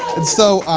and so,